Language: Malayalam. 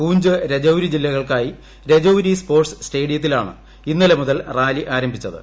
പൂഞ്ച് രജൌരി ജില്ലകൾക്കായി രജൌരി സ്പോർട്സ് സ്റ്റേഡിയത്തിലാണ് ഇന്നലെ മുതൽ റാലി ആരംഭിച്ചത്